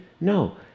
No